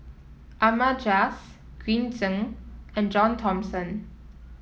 Ahmad Jais Green Zeng and John Thomson